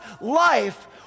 life